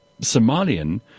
Somalian